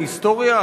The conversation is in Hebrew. ההיסטוריה,